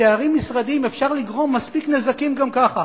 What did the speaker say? בתארים משרדיים אפשר לגרום מספיק נזקים גם ככה.